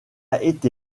été